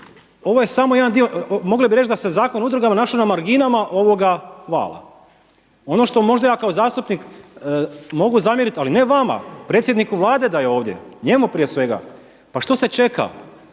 ovo je samo jedan dio. Mogli bi reći da se Zakon o udrugama našao na marginama ovoga vala. Ono što možda ja kao zastupnik mogu zamjerit, ali ne vama, predsjedniku Vlade da je ovdje, njemu prije svega. Pa što se čeka?